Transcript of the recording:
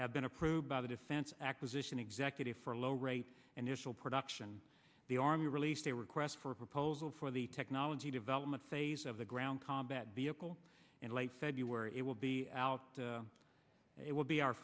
have been approved by the defense acquisition executive for low rate and initial production the army released a request for a proposal for the technology development phase of the ground combat vehicle in late february it will be out it will be our